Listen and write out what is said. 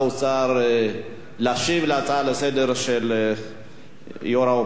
להשיב על ההצעה לסדר-היום של יו"ר האופוזיציה: